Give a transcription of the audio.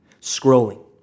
scrolling